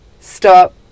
stop